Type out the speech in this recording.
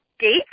date